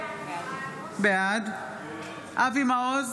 בעד אבי מעוז,